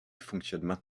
fonctionnent